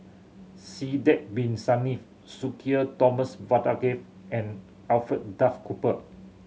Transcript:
Sidek Bin Saniff Sudhir Thomas Vadaketh and Alfred Duff Cooper